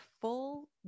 full